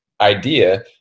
idea